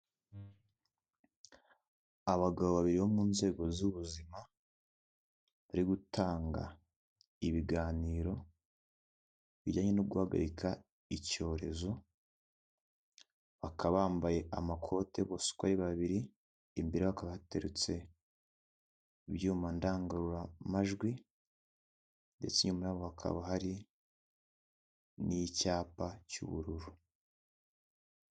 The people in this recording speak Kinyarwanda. Abagabo babiri bo mu nzego z'ubuzima bari gutanga ibiganiro bijyanye no guhagarika icyorezo, bakaba bambaye amakoti bose uko ari babiri, imbere yabo hakaba hateretse ibyuma ndangururamajwi ndetse inyuma yabo hakaba hari n'icyapa cy'ubururu.